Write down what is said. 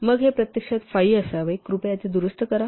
मग हे प्रत्यक्षात 5 असावे कृपया ते दुरुस्त करा